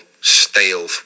stale